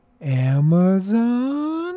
Amazon